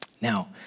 Now